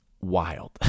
wild